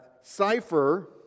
cipher